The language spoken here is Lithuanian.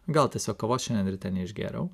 gal tiesiog kavos šiandien ryte neišgėriau